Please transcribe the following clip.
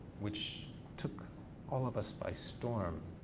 which took all of us by storm.